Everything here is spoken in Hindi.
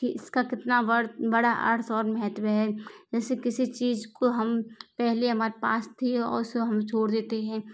कि इसका कितना बड़ा अर्थ और महत्व है जैसे किसी चीज को हम पहले हमारे पास थी और उसे हम छोड़ देते हैं